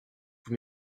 vous